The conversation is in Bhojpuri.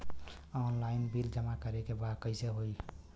ऑनलाइन बिल जमा करे के बा कईसे होगा?